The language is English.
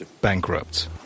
...bankrupt